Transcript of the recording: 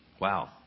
Wow